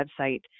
website